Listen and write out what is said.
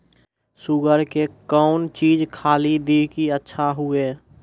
Sugar के कौन चीज खाली दी कि अच्छा हुए?